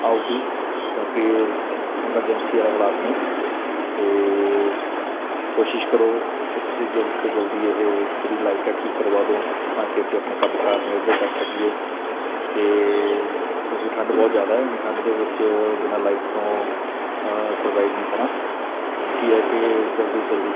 ਆਵੇਗੀ ਕਿਉਂਕਿ ਐਮਰਜੈਂਸੀ ਵਾਲੇ ਹਾਲਾਤ ਨੇ ਅਤੇ ਕੋਸ਼ਿਸ਼ ਕਰੋ ਕਿ ਤੁਸੀਂ ਜਲਦੀ ਤੋਂ ਜਲਦੀ ਇਹ ਜਿਹੜੀ ਲਾਈਟ ਹੈ ਠੀਕ ਕਰਵਾ ਦਿਉ ਤਾਂ ਕਿ ਅਸੀਂ ਆਪਣੇ ਕੰਮ ਕਾਰ ਨੇ ਉਹ ਜਿਹੜੇ ਕਰ ਸਕੀਏ ਅਤੇ ਕਿਉਂਕਿ ਠੰਡ ਬਹੁਤ ਜ਼ਿਆਦਾ ਇੰਨੀ ਠੰਡ ਦੇ ਵਿੱਚ ਬਿਨ੍ਹਾਂ ਲਾਈਟ ਤੋਂ ਸਰਵਾਈਵ ਨਹੀਂ ਹੋਣਾ ਬੇਨਤੀ ਹੈ ਕਿ ਜਲਦੀ ਤੋਂ ਜਲਦੀ